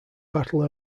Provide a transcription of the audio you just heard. battle